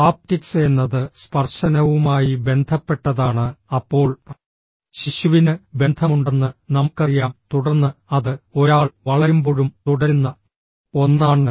haptics എന്നത് സ്പർശനവുമായി ബന്ധപ്പെട്ടതാണ് അപ്പോൾ ശിശുവിന് ബന്ധമുണ്ടെന്ന് നമുക്കറിയാം തുടർന്ന് അത് ഒരാൾ വളരുമ്പോഴും തുടരുന്ന ഒന്നാണ്